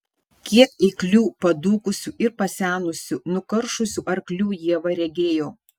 kiek eiklių padūkusių ir pasenusių nukaršusių arklių ieva regėjo